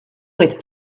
with